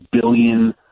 billion